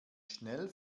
schnell